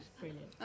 brilliant